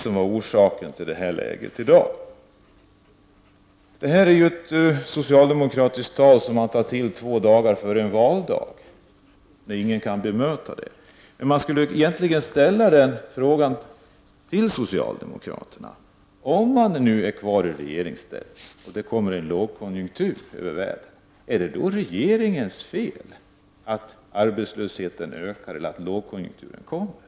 Det här är ju ett tal som socialdemokraterna tar till två dagar före ett val, när ingen kan bemöta det. Men man borde egentligen ställa frågan till socialdemokraterna: Om ni är kvar i regeringsställning och det kommer en lågkonjunktur över världen, är det då regeringens fel att arbetslösheten ökar eller att lågkonjunkturen kommer?